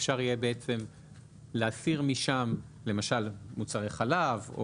אפשר יהיה בעצם להסיר משם למשל מוצרי חלב,